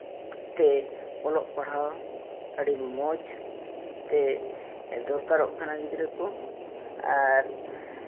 ᱛᱮ ᱚᱞᱚᱜ ᱯᱟᱲᱦᱟᱣ ᱟᱹᱰᱤ ᱢᱚᱡᱽ ᱛᱮ ᱫᱚᱨᱠᱟᱨᱚᱜ ᱠᱟᱱᱟ ᱜᱤᱫᱽᱨᱟᱹ ᱠᱚ ᱟᱨ